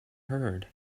heard